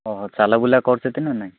ଓହୋ ଚଲାବୁଲା କରୁଛନ୍ତି ନା ନାହିଁ